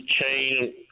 chain